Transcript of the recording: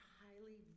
highly